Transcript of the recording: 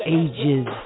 ages